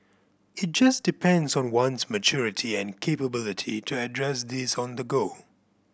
it just depends on one's maturity and capability to address these on the go